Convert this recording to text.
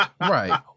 Right